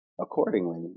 Accordingly